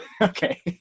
Okay